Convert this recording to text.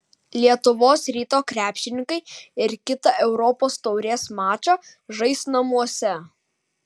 lietuvos ryto krepšininkai ir kitą europos taurės mačą žais namuose